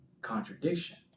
contradiction